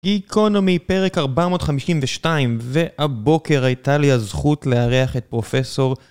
גיקונומי, פרק 452, והבוקר הייתה לי הזכות לארח את פרופסור...